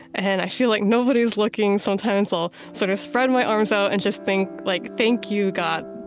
and i feel like nobody's looking, sometimes i'll sort of spread my arms out and just think, like thank you, god.